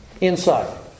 Inside